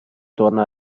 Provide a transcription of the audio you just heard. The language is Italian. torna